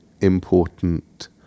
important